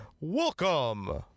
welcome